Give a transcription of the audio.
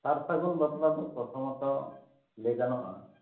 ᱥᱟᱨ ᱥᱟᱹᱜᱩᱱ ᱵᱟᱯᱞᱟ ᱫᱚ ᱯᱨᱚᱛᱷᱚᱢᱚᱛᱚ ᱞᱟᱹᱭ ᱜᱟᱱᱚᱜᱼᱟ